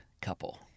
couple